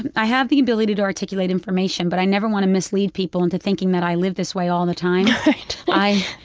and i have the ability to articulate information, but i never want to mislead people into thinking that i live this way all the time right.